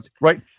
right